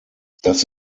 das